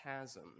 chasm